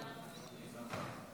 תודה רבה,